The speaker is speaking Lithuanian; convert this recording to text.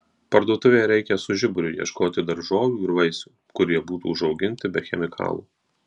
parduotuvėje reikia su žiburiu ieškoti daržovių ir vaisių kurie būtų užauginti be chemikalų